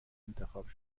انتخاب